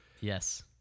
yes